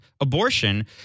Abortion